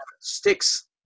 sticks